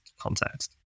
context